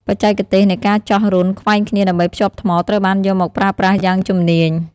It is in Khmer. បច្ចេកទេសនៃការចោះរន្ធខ្វែងគ្នាដើម្បីភ្ជាប់ថ្មត្រូវបានយកមកប្រើប្រាស់យ៉ាងជំនាញ។